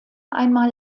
einmal